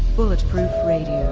bulletproof radio,